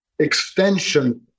Extension